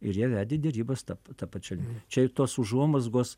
ir jie vedė derybas ta ta pačia čia tos užuomazgos